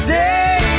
day